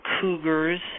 cougars